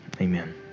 Amen